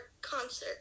concert